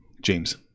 James